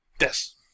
Yes